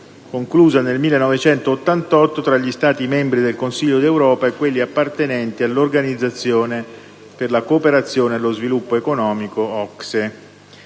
conclusa nel 1988 tra gli Stati membri del Consiglio d'Europa e quelli appartenenti all'Organizzazione per la cooperazione e lo sviluppo economico (OCSE).